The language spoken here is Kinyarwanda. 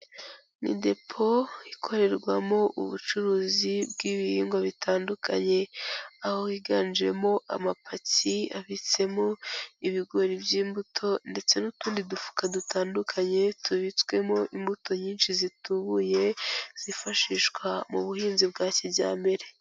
Ni depo ikorerwamo ubucuruzi bw'ibihingwa bitandukanye, aho higanjemo amapaki abitsemo ibigori by'imbuto ndetse n'utundi dufuka dutandukanye tubitswemo imbuto nyinshi zitubuye, zifashishwa mu buhinzi bwa kijyambere.